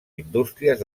indústries